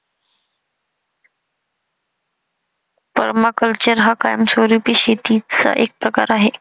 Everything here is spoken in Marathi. पर्माकल्चर हा कायमस्वरूपी शेतीचा एक प्रकार आहे